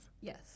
Yes